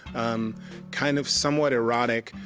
um kind of somewhat erotic,